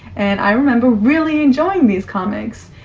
and i remember really enjoying these comics.